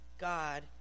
God